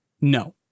No